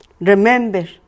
Remember